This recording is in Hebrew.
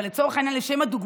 אבל לשם הדוגמה,